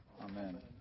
Amen